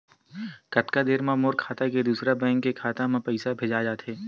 कतका देर मा मोर खाता से दूसरा बैंक के खाता मा पईसा भेजा जाथे?